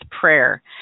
prayer